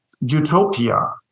utopia